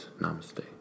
Namaste